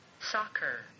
Soccer